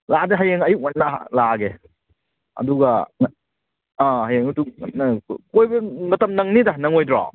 ꯂꯥꯛꯑꯗꯤ ꯍꯌꯦꯡ ꯑꯌꯨꯛ ꯉꯟꯅ ꯂꯥꯛꯑꯒꯦ ꯑꯗꯨꯒ ꯍꯌꯦꯡ ꯑꯌꯨꯛꯇꯨ ꯉꯟꯅ ꯀꯣꯏꯕ ꯃꯇꯝ ꯅꯪꯅꯤꯗ ꯅꯪꯉꯣꯏꯗ꯭ꯔꯣ